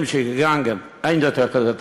אימשי, געגאנגען, אין יותר כזה תקציב.